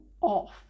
off